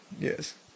yes